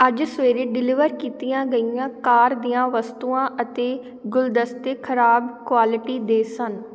ਅੱਜ ਸਵੇਰੇ ਡਿਲੀਵਰ ਕੀਤੀਆਂ ਗਈਆਂ ਕਾਰ ਦੀਆਂ ਵਸਤੂਆਂ ਅਤੇ ਗੁਲਦਸਤੇ ਖ਼ਰਾਬ ਕੁਆਲਿਟੀ ਦੇ ਸਨ